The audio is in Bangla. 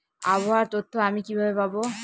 আবহাওয়ার তথ্য আমি কিভাবে পাবো?